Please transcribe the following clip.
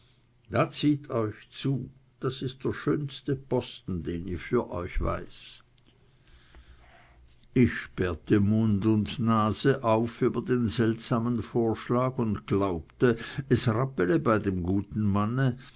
da zieht euch zu das ist der schönste posten den ich für euch weiß ich sperrte mund und nase auf über den seltsamen vorschlag und glaubte es rapple bei dem guten manne